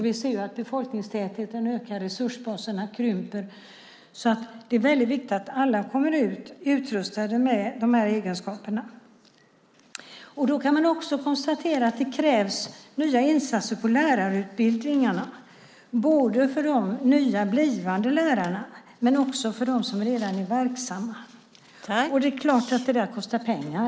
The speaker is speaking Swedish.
Vi ser att befolkningstätheten ökar och att resurserna krymper, så det är väldigt viktigt att alla kommer ut utrustade med de här egenskaperna. Man kan också konstatera att det krävs nya insatser i lärarutbildningarna, både för de nya och blivande lärarna och för dem som redan är verksamma. Det är klart att det kostar pengar.